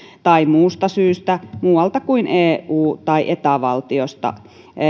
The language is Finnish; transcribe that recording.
tai muusta syystä muualta kuin eu tai eta valtiosta